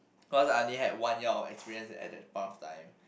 cause I only had one year of experience at that point of time